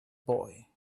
boy